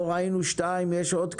פה ראינו שתיים, יש עוד כמה,